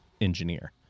engineer